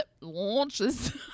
launches